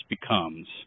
becomes –